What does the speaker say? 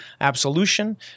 absolution